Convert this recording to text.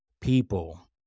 people